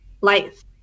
life